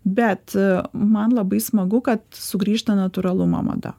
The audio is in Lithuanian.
bet man labai smagu kad sugrįžta natūralumo mada